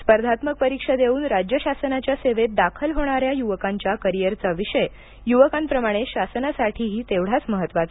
स्पर्धात्मक परीक्षा देऊन राज्य शासनाच्या सेवेत दाखल होणाऱ्या य्वकांच्या करिअरचा विषय युवकांप्रमाणे शासनासाठीही तेवढाच महत्त्वाचा